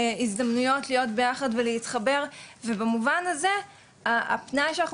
הזדמנויות להיות ביחד ולהתחבר ובמובן הזה הפנאי שאנחנו